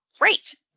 Great